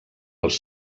els